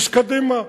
איש קדימה,